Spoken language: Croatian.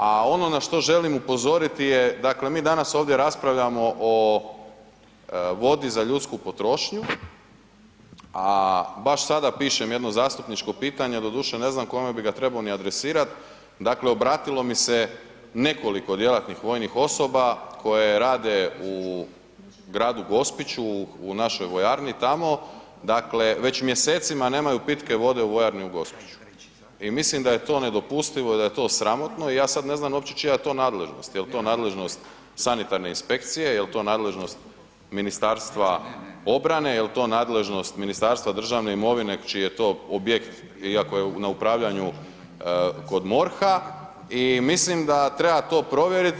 A ono na što želim upozoriti je, dakle mi danas ovdje raspravljamo o vodi za ljudsku potrošnju, a baš sada pišem jedno zastupničko pitanje, doduše ne znam ni kome bi ga trebao adresirat, dakle obratilo mi se nekoliko djelatnih vojnih osoba koje rade u gradu Gospiću u našoj vojarni tamo već mjesecima nemaju pitke vode u vojarni u Gospiću i mislim da je to nedopustivo i da je to sramotno i ja sada ne znam uopće čija je to nadležnost, jel to nadležnost Sanitarne inspekcije, jel to nadležnost Ministarstva obrane, jel to nadležnost Ministarstva državne imovine čiji je to objekt iako je na upravljanju kod MORH-a i mislim da to treba provjeriti.